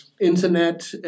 internet